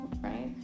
right